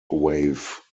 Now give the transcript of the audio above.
wave